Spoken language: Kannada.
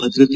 ಭದ್ರತೆ